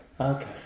Okay